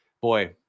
Boy